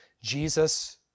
Jesus